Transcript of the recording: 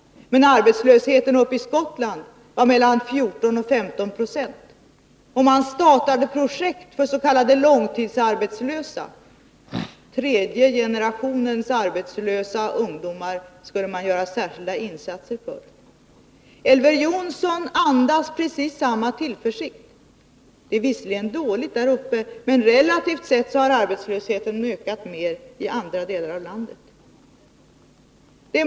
Men arbetslösheten i Skottland var mellan 14 och 15 96. Man startade projekt för s.k. långtidsarbetslösa. Tredje generationens arbetslösa ungdomar skulle man göra särskilda insatser för. Elver Jonssons tal andas precis samma tillförsikt. Det är visserligen dåligt där uppe, men relativt sett har arbetslösheten ökat mer i andra delar av landet.